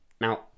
Now